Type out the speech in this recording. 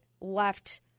left